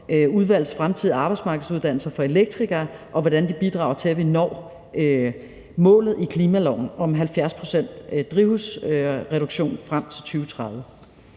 udvalgs fremtidige arbejdsmarkedsuddannelser for elektrikere, og hvordan de bidrager til, at vi når målet i klimaloven om drivhusreduktion på 70 pct.